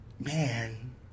man